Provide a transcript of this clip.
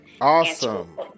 Awesome